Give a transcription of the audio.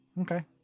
Okay